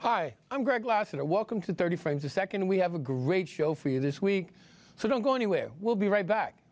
hi i'm greg lasseter welcome to thirty frames a second we have a great show for you this week so don't go anywhere we'll be right back